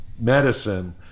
medicine